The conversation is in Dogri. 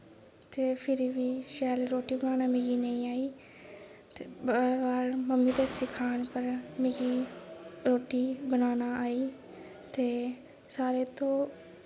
ते फिर बी शैल रोटी बनाना मिगी नेईं आई ते बार बार मम्मी दे सखान पर मिगी रोटी बनाना आई ते सारें तो